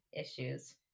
issues